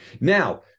now